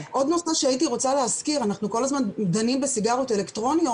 עוד נושא שהייתי רוצה להזכיר: אנחנו כל הזמן דנים בסיגריות אלקטרוניות,